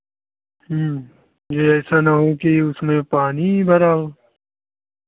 ह्म्म ये ऐसा ना हो कि उसमें पानी ही भरा हो